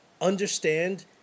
understand